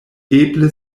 eble